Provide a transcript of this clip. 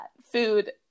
food